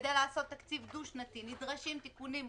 כדי לעשות תקציב דו-שנתי נדרשים תיקונים חדשים,